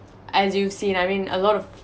as you see I mean a lot of